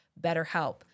BetterHelp